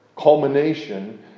culmination